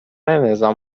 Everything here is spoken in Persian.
نظام